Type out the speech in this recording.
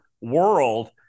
world